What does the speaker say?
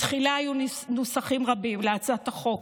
בתחילה היו נוסחים רבים להצעת החוק.